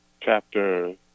chapter